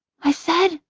i said,